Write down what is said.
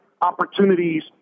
opportunities